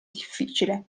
difficile